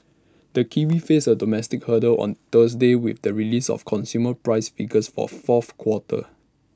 the kiwi faces A domestic hurdle on Thursday with the release of consumer price figures for fourth quarter